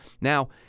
now